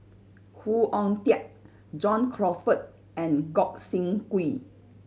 Khoo Oon Teik John Crawfurd and Gog Sing Hooi